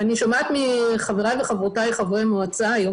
אני שומעת מחבריי וחברותיי חברי מועצה היום